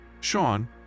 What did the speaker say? Sean